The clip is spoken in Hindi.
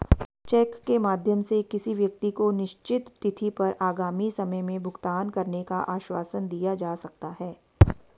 चेक के माध्यम से किसी व्यक्ति को निश्चित तिथि पर आगामी समय में भुगतान करने का आश्वासन दिया जा सकता है